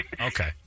Okay